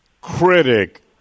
critic